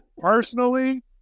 personally